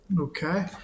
Okay